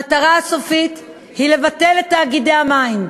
המטרה הסופית היא לבטל את תאגידי המים.